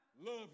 love